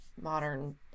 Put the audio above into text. modern